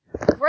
Right